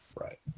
Right